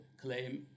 claim